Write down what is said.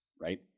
Right